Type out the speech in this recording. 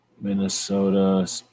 Minnesota